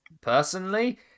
personally